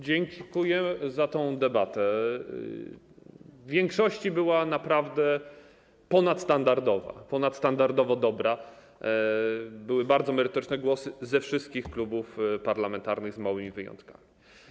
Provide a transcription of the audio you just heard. Dziękuję za tę debatę, w większości była ona naprawdę ponadstandardowa, ponadstandardowo dobra, były bardzo merytoryczne głosy ze wszystkich klubów parlamentarnych - z małymi wyjątkami.